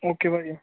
okay ਭਾਜੀ